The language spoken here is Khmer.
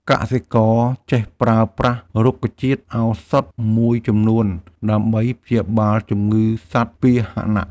កសិករចេះប្រើប្រាស់រុក្ខជាតិឱសថមួយចំនួន ដើម្បីព្យាបាលជំងឺសត្វពាហនៈ។